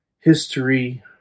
history